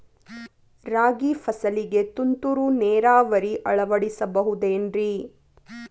ರಾಗಿ ಫಸಲಿಗೆ ತುಂತುರು ನೇರಾವರಿ ಅಳವಡಿಸಬಹುದೇನ್ರಿ?